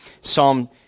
Psalm